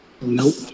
Nope